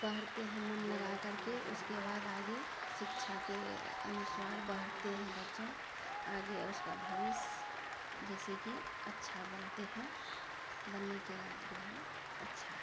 पढ़ते हैं मन लगा करके उसके बाद आगे शिक्षा के अनुसार बढ़ते हैं बच्चों आगे उसका भविष्य जइसेकि अच्छा बनते हैं बनने के बाद जो है अच्छा है